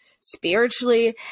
Spiritually